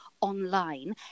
online